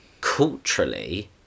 culturally